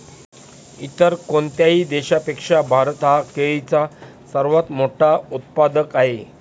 इतर कोणत्याही देशापेक्षा भारत हा केळीचा सर्वात मोठा उत्पादक आहे